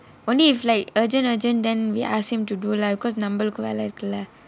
only if like urgent urgent then we ask him to do lah because நம்மளுக்கு வேலை இருக்கா:nammalukku velai irukkaa